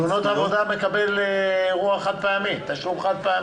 תאונות עבודה מקבל תשלום חד פעמי.